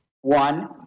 one